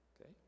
Okay